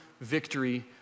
victory